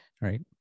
right